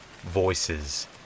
voices